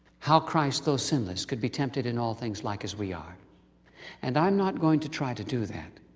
how christ, though sinless, could be tempted in all things like as we are and i'm not going to try to do that.